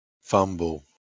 Fumble